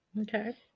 Okay